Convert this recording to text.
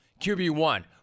QB1